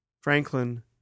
Franklin